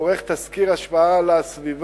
עורך תסקיר השפעה על הסביבה,